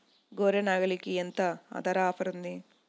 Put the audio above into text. గొర్రె, నాగలికి ఎంత ధర ఆఫర్ ఉంది?